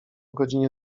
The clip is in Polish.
godzinie